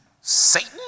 Satan